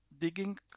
digging